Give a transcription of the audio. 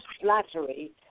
flattery